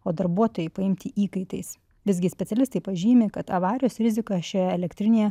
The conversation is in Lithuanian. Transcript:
o darbuotojai paimti įkaitais visgi specialistai pažymi kad avarijos rizika šioje elektrinėje